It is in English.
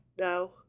No